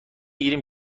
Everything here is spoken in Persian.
گیریم